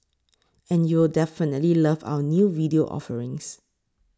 and you'll definitely love our new video offerings